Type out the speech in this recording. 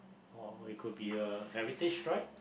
or it could be a heritage ride